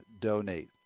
donate